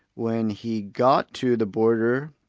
when he got to the border,